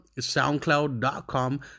SoundCloud.com